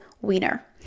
wiener